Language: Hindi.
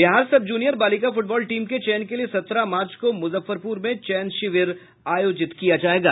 बिहार सब जूनियर बालिका फुटबॉल टीम के चयन के लिए सत्रह मार्च को मुजफ्फरपुर में चयन शिविर आयोजित किया जायेगा